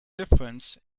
difference